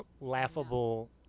laughable